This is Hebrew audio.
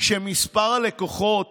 שמספר הלקוחות הפרטיים,